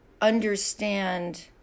understand